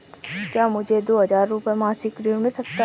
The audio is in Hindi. क्या मुझे दो हज़ार रुपये मासिक ऋण मिल सकता है?